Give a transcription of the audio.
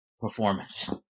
Performance